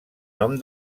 nom